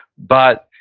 but,